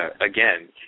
again